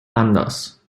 anders